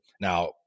Now